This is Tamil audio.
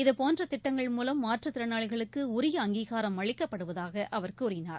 இதுபோன்ற திட்டங்கள் மூலம் மாற்றுத் திறனாளிகளுக்கு உரிய அங்கீகாரம் அளிக்கப்படுவதாக அவர் கூறினார்